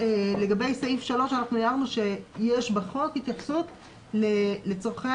לגבי סעיף (3) אנחנו הערנו שיש בחוק התייחסות לצרכי